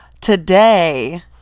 today